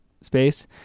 space